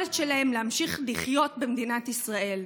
היכולת שלהם להמשיך לחיות במדינת ישראל.